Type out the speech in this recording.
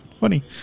funny